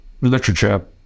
literature